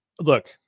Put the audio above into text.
Look